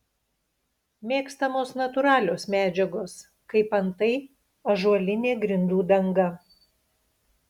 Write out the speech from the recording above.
mėgstamos natūralios medžiagos kaip antai ąžuolinė grindų danga